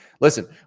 listen